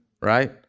right